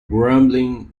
grumbling